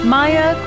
Maya